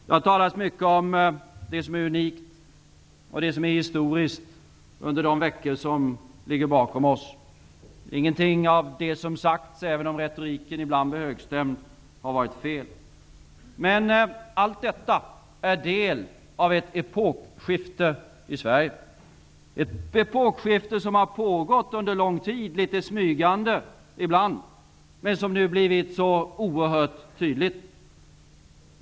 Det har talats mycket om det som är unikt och om det som är historiskt under de veckor som ligger bakom oss. Ingenting av det som sagts, även om retoriken ibland blir högstämd, har varit fel. Men allt detta är en del av ett epokskifte i Sverige, ett epokskifte som har pågått under lång tid, ibland litet smygande, men som nu har blivit så oerhört tydligt.